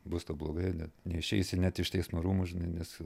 bus tau blogai net neišeisi net iš teismo rūmų žinai nes